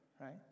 right